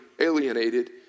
alienated